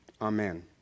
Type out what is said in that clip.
Amen